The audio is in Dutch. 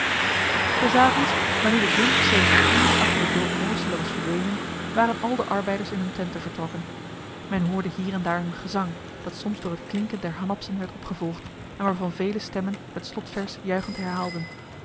des avonds wanneer de zon sedert een uur achter het dorp moorsele was verdwenen waren al de arbeiders in hun tenten vertrokken men hoorde hier en daar een gezang dat soms door het klinken der hanapsen werd opgevolgd en waarvan vele stemmen het slotvers juichend herhaalden